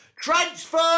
TRANSFER